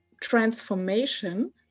transformation